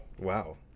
Wow